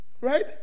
right